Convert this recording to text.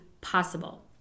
possible